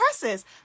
presses